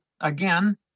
again